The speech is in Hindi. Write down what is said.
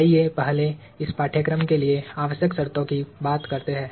आइए पहले इस पाठ्यक्रम के लिए आवश्यक शर्तों की बात करते हैं